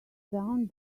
down